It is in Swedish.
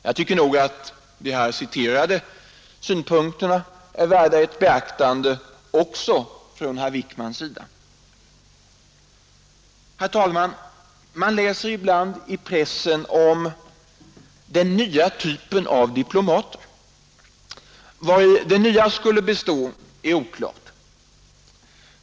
Jag tycker nog att de här citerade synpunkterna är värda ett beaktande även från herr Wickmans sida. Herr talman! Man läser ibland i pressen om den ”nya typen av diplomater”. Vari det ”nya” skulle bestå är oklart.